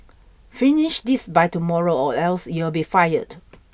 finish this by tomorrow or else you'll be fired